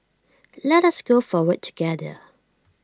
let us go forward together